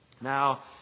Now